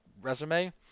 resume